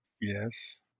Yes